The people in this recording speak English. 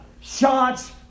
shots